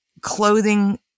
clothing